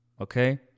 okay